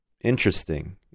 Interesting